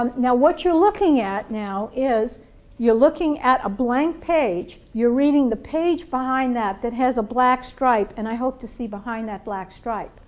um now what you're looking at now is you're looking at a blank page, you're reading the page behind that that has a black stripe and i hope to see behind that black stripe